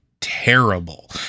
terrible